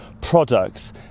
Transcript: products